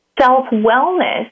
self-wellness